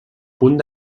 punt